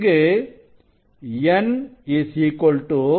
இங்கு n ±1 ±2 ±